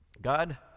God